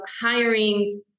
hiring